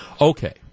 Okay